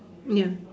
ya